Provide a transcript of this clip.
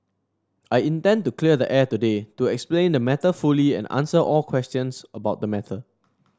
I intend to clear the air today to explain the matter fully and answer all questions about the matter